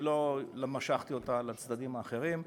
אני לא משכתי אותה לצדדים האחרים.